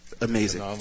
amazing